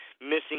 missing